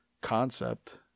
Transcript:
concept